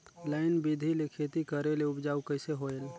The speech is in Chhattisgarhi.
लाइन बिधी ले खेती करेले उपजाऊ कइसे होयल?